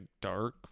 dark